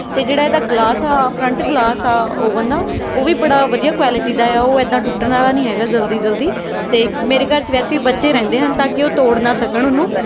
ਅਤੇ ਜਿਹੜਾ ਇਹਦਾ ਗਲਾਸ ਆ ਫਰੰਟ ਗਲਾਸ ਆ ਓਵਨ ਦਾ ਉਹ ਵੀ ਬੜਾ ਵਧੀਆ ਕੁਆਲਿਟੀ ਦਾ ਆ ਉਹ ਇੱਦਾਂ ਟੁੱਟਣ ਵਾਲਾ ਨਹੀਂ ਹੈਗਾ ਜਲਦੀ ਜਲਦੀ ਅਤੇ ਮੇਰੇ ਘਰ 'ਚ ਵੈਸੇ ਵੀ ਬੱਚੇ ਰਹਿੰਦੇ ਹਨ ਤਾਂ ਕਿ ਉਹ ਤੋੜ ਨਾ ਸਕਣ ਉਹਨੂੰ